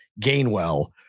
Gainwell